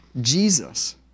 Jesus